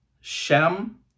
Shem